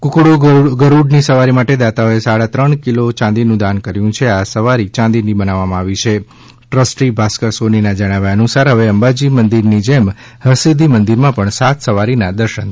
કુકડો ગરૂડની સવારી માટે દાતાએ સાડા ત્રણ કિલો ચાંદીનુ દાન કર્યું છે આ સવારી યાંદીની બનાવવામાં આવી છે ટ્રસ્ટી ભાસ્કર સોનીના જણાવ્યા અનુસાર હવે અંબાજી મંદિરની જેમ હરસિદ્ધિ મંદિરમાં પણ સાત સવારીના દર્શન થશે